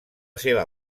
seva